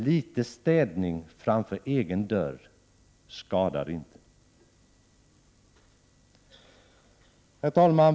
Litet städning framför egen dörr skadar inte. Herr talman!